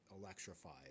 electrified